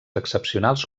excepcionals